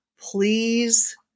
please